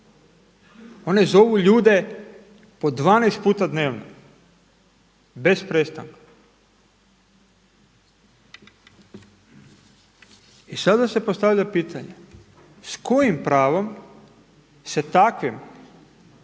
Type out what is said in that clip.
One zovu ljude po 12 puta dnevno bez prestanka. I sada se postavlja pitanje, s kojim pravom se takvim